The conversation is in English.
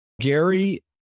gary